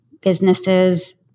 businesses